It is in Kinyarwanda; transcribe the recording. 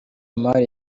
omar